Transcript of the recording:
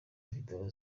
video